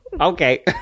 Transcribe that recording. Okay